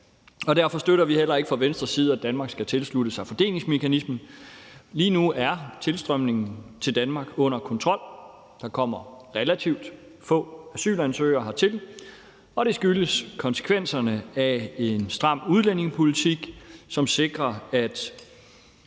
Derfor støtter vi heller ikke fra Venstres side, at Danmark skal tilslutte sig fordelingsmekanismen. Lige nu er tilstrømningen til Danmark under kontrol. Der kommer relativt få asylansøgere hertil, og det skyldes konsekvenserne af en stram udlændingepolitik, som sikrer, at